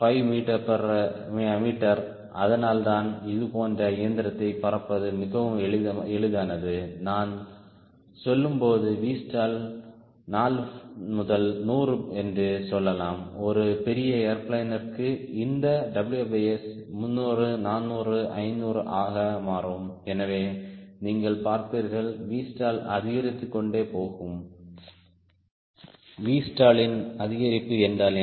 5 metre அதனால்தான் இதுபோன்ற இயந்திரத்தை பறப்பது மிகவும் எளிதானது நான் சொல்லும் போது Vstall 4 முதல் நூறு என்று சொல்லலாம் ஒரு பெரிய ஏர்பிளேன்ற்கு இந்த WS 300 400 500 ஆக மாறும் எனவே நீங்கள் பார்ப்பீர்கள் Vstall அதிகரித்து கொண்டே போகும் Vstall இன் அதிகரிப்பு என்றால் என்ன